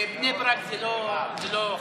בבני ברק זה לא חל.